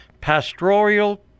pastoral